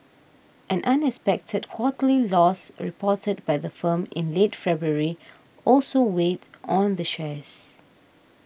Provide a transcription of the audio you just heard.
an unexpected quarterly loss reported by the firm in late February also weighed on the shares